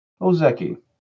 Ozeki